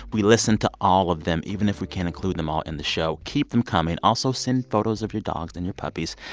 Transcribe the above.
we listen to all of them, even if we can't include them all in the show. keep them coming. also, send photos of your dogs and your puppies.